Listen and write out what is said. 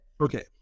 Okay